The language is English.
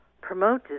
promote